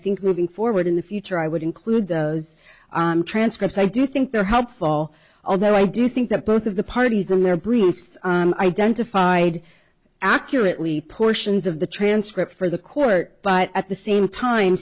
think moving forward in the future i would include those transcripts i do think they're helpful although i do think that both of the parties and their briefs identified accurately portions of the transcript for the court but at the same time